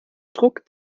druck